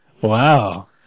Wow